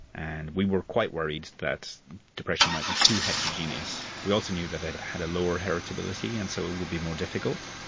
and we were quite worried that depression might be too heterogeneous. we also knew that it had a lower heritability and so it would be more difficult.